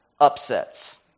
upsets